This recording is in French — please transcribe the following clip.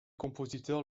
compositeurs